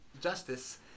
justice